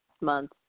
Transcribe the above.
month